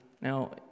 Now